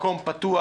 מקום פתוח,